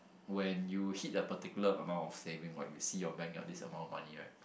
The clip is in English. when you hit a particular amount of saving right you see your bank got this amount of money right